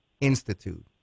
Institute